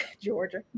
Georgia